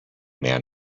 man